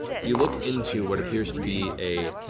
you look into what appears to be a,